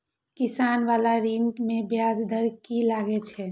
किसान बाला ऋण में ब्याज दर कि लागै छै?